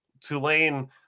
Tulane